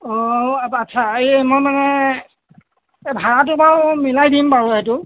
অঁ আচ্ছা এই মই মানে এই ভাড়াটো বাৰু মিলাই দিম বাৰু এইটো